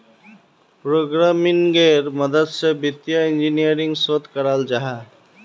प्रोग्रम्मिन्गेर मदद से वित्तिय इंजीनियरिंग शोध कराल जाहा